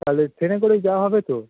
তাহলে ট্রেনে করেই যাওয়া হবে তো